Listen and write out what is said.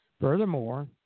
Furthermore